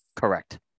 Correct